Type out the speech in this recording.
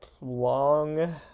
long